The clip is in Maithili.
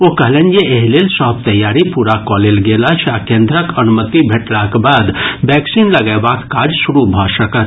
ओ कहलनि जे एहि लेल सभ तैयारी पूरा कऽ लेल गेल अछि आ केन्द्रक अनुमति भेटलाक बाद वैक्सीन लगयबाक काज शुरू भऽ सकत